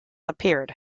appeared